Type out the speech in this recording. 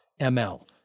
ML